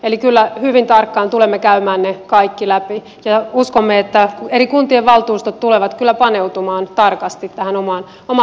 eli kyllä hyvin tarkkaan tulemme käymään ne kaikki läpi ja uskomme että eri kuntien valtuustot tulevat kyllä paneutumaan tarkasti tähän omaan lausuntoonsa